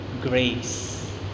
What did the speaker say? grace